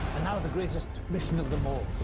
now, the greatest mission of them all,